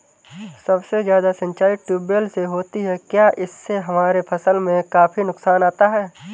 सबसे ज्यादा सिंचाई ट्यूबवेल से होती है क्या इससे हमारे फसल में काफी नुकसान आता है?